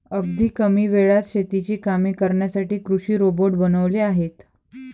अगदी कमी वेळात शेतीची कामे करण्यासाठी कृषी रोबोट बनवले आहेत